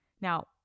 Now